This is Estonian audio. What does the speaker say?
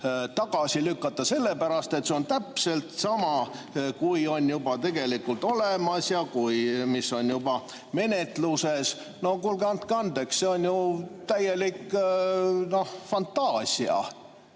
tagasi lükata, sellepärast et see on täpselt sama, kui on juba tegelikult olemas ja mis on juba menetluses. No kuulge, andke andeks, see on ju täielik fantaasia!